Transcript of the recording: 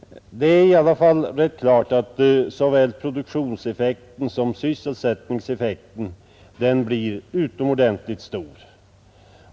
Det är i alla fall rätt klart att såväl produktionseffekten som sysselsättningseffekten blir utomordentligt stor.